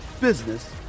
business